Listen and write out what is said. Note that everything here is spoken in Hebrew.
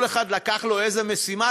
כל אחד לקח לו איזו משימה,